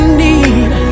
need